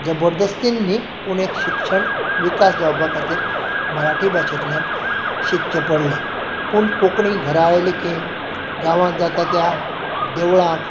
जबरदस्तीन न्हय पूण एक शिक्षण विकास जावपा खातीर मराठी भाशेंतल्यान शिकचें पडलें पूण कोंकणी घरा आयले की गांवांत जाता त्या देवळाक